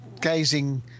gazing